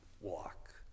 walk